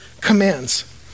commands